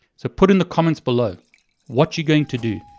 so put in the comments below what you're going to do.